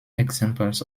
examples